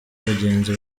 abagenzi